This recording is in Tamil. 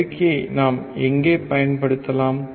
பெருக்கியை நாம் எங்கே பயன்படுத்தலாம்